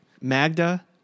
Magda